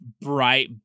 Bright